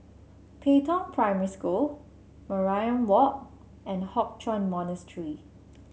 Pei Tong Primary School Mariam Walk and Hock Chuan Monastery